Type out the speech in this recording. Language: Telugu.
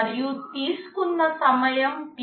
మరియు తీసుకున్న సమయం Tk